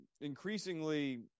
increasingly